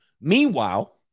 Meanwhile